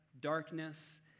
darkness